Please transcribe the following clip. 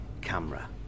camera